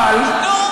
אבל, נו?